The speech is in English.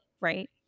right